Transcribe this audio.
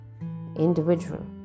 individual